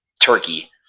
Turkey